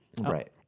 right